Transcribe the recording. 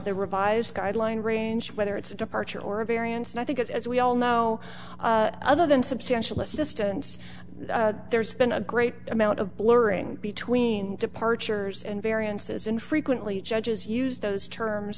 the revised guideline range whether it's a departure or a variance and i think as we all know other than substantial assistance there's been a great amount of blurring between departures and variances infrequently judges use those terms